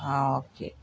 ஆ okay